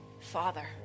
Father